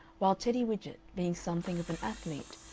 while teddy widgett, being something of an athlete,